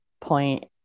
point